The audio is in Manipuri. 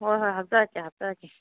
ꯍꯣꯏ ꯍꯣꯏ ꯍꯥꯞꯆꯔꯛꯀꯦ ꯍꯥꯞꯆꯔꯛꯀꯦ